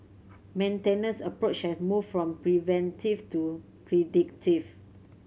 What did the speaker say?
maintenance approach has moved from preventive to predictive